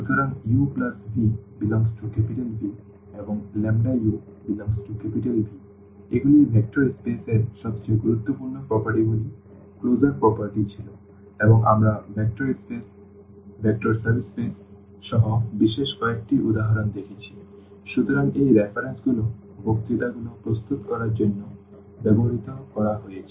সুতরাং uv∈V এবং u∈V এগুলি ভেক্টর স্পেস এর সবচেয়ে গুরুত্বপূর্ণ বৈশিষ্ট্যগুলি ক্লোজার প্রপার্টি ছিল এবং আমরা vector space vector subspace সহ বেশ কয়েকটি উদাহরণ দেখেছি সুতরাং এই রেফারেন্সগুলি বক্তৃতা গুলো প্রস্তুত করার জন্য ব্যবহৃত করা হয়েছে